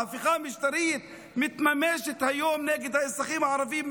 ההפיכה המשטרית מתממשת היום נגד האזרחים הערבים.